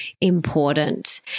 important